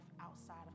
outside